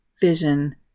vision